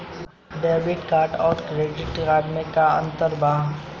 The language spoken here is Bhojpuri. डेबिट कार्ड आउर क्रेडिट कार्ड मे का अंतर बा?